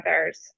others